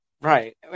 Right